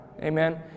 Amen